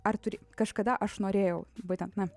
ar turi kažkada aš norėjau būtent na